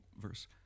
verse